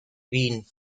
wien